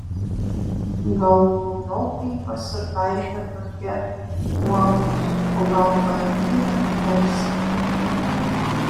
gal naujokai pasitaikė tokie uolūs o gal patyrę persekiotojai